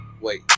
Wait